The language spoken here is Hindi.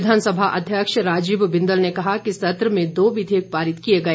विधानसभा अध्यक्ष राजीव बिंदल ने कहा कि सत्र में दो विधेयक पारित किए गए